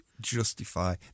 justify